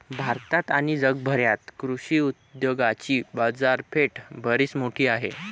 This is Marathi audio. भारतात आणि जगभरात कृषी उद्योगाची बाजारपेठ बरीच मोठी आहे